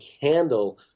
handle